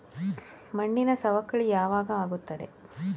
ಮಣ್ಣಿನ ಸವಕಳಿ ಯಾವಾಗ ಆಗುತ್ತದೆ?